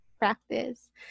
practice